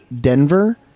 Denver